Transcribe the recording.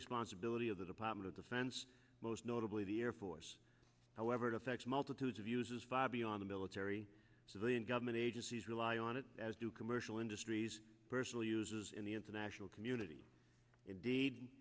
responsibility of the department of defense most notably the air force however it affects multitudes of uses fabiana military civilian government agencies rely on it as do commercial industries personal uses in the international community indeed